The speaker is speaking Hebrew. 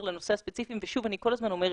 לנושא הספציפי ושוב אני כל הזמן אומרת,